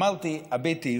אמרתי: הביטי